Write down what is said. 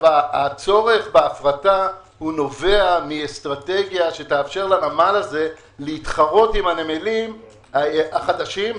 הצורך בהפרטה נובע מאסטרטגיה שתאפשר לנמל הזה להתחרות עם הנמלים החדשים.